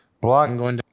Block